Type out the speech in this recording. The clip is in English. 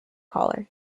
collar